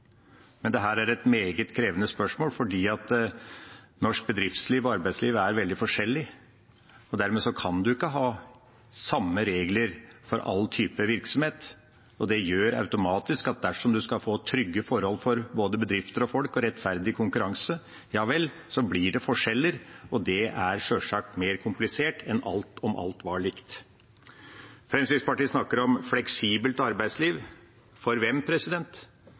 Men dette er et meget krevende spørsmål. Norsk bedriftsliv og arbeidsliv er veldig forskjellig, dermed kan man ikke ha samme regler for alle typer virksomhet. Det gjør automatisk at dersom man skal få trygge forhold for både bedrifter og folk og rettferdig konkurranse – ja vel, så blir det forskjeller, og det er sjølsagt mer komplisert enn om alt var likt. Fremskrittspartiet snakker om fleksibelt arbeidsliv. For hvem?